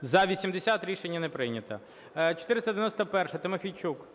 За-80 Рішення не прийнято. 491, Тимофійчук.